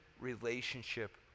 relationship